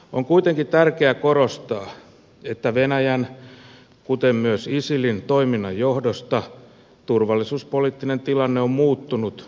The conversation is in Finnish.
on kuitenkin tärkeä korostaa että venäjän kuten myös isilin toiminnan johdosta turvallisuuspoliittinen tilanne on muuttunut dramaattisesti